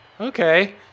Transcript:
Okay